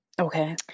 Okay